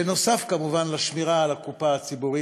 בנוסף, כמובן, על השמירה על הקופה הציבורית.